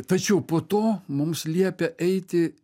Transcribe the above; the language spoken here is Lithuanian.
tačiau po to mums liepia eiti